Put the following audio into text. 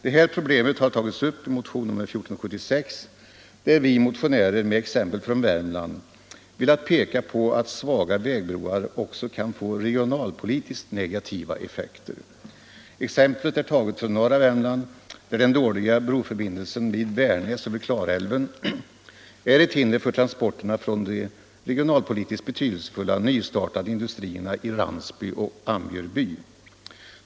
Detta problem har tagits upp i motionen 1476 där vi motionärer, med exempel från Värmland, velat peka på att svaga vägbroar också kan få regionalpolitiskt negativa effekter. Exemplet är taget från norra Värmland, där den dåliga broförbindelsen vid Värnäs, över Klarälven, är ett hinder för transporterna från de regionalpolitiskt betydelsefulla nystartade industrierna i Ramsby och Ambjörby.